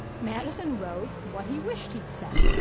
madison wrote what he wished he'd said.